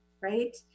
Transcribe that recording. right